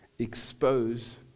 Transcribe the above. expose